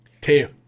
two